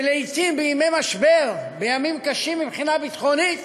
שלעתים, בימי משבר, בימים קשים מבחינה ביטחונית,